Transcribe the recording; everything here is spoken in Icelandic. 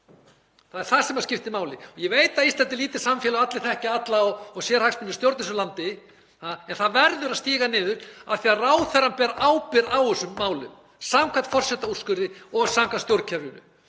Það er það sem skiptir máli. Ég veit að Ísland er lítið samfélag þar sem allir þekkja alla og sérhagsmunir stjórna þessu landi, en það verður að stíga niður af því að ráðherrann ber ábyrgð á þessum málum samkvæmt forsetaúrskurði og samkvæmt stjórnkerfinu.